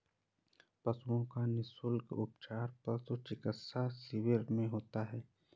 पशुओं का निःशुल्क उपचार पशु चिकित्सा शिविर में होता है